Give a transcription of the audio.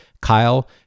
Kyle